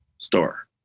store